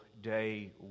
Day